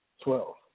Twelve